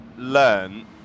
learn